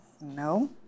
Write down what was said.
No